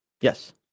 yes